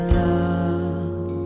love